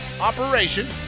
operation